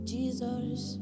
Jesus